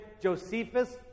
Josephus